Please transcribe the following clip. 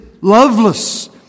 loveless